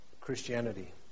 Christianity